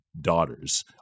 daughters